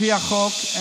לפי החוק,